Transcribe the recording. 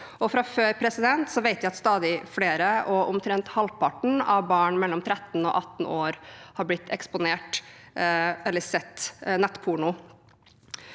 Fra før vet vi at stadig flere og omtrent halvparten av barn mellom 13 og 18 år har blitt eksponert for eller sett nettporno.